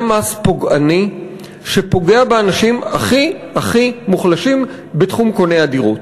זה מס פוגעני שפוגע באנשים הכי הכי מוחלשים בתחום קוני הדירות.